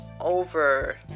over